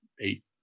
eight